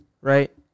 right